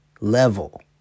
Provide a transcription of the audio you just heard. level